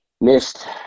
missed